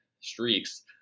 streaks